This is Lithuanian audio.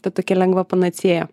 ta tokia lengva panacėja